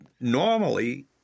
Normally